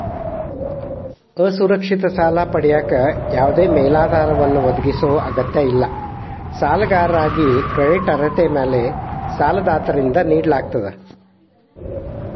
ಅಸುರಕ್ಷಿತ ಸಾಲ ಪಡೆಯಕ ಯಾವದೇ ಮೇಲಾಧಾರವನ್ನ ಒದಗಿಸೊ ಅಗತ್ಯವಿಲ್ಲ ಸಾಲಗಾರಾಗಿ ಕ್ರೆಡಿಟ್ ಅರ್ಹತೆ ಮ್ಯಾಲೆ ಸಾಲದಾತರಿಂದ ನೇಡಲಾಗ್ತ